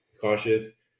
cautious